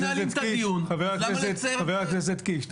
מנהלים את הדיון --- חבר הכנסת קיש,